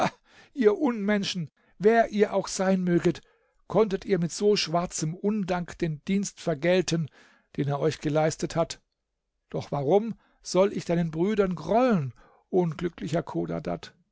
ihr unmenschen wer ihr auch sein möget konntet ihr mit so schwarzem undank den dienst vergelten den er euch geleistet hat doch warum soll ich deinen brüdern grollen unglücklicher